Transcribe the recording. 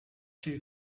too